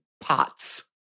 pots